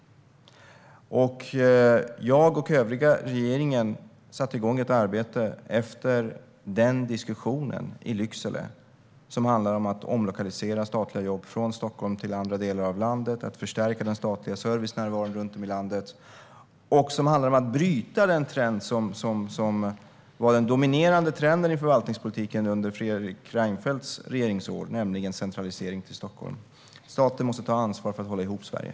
Jag och den övriga regeringen satte igång ett arbete efter den diskussion i Lycksele som handlar om att omlokalisera statliga jobb från Stockholm till andra delar av landet, att förstärka den statliga servicenärvaron runt om i landet och att bryta den trend som var den dominerande trenden i förvaltningspolitiken under Fredrik Reinfeldts regeringsår, nämligen centralisering till Stockholm. Staten måste ta ansvar för att hålla ihop Sverige.